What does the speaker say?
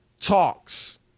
talks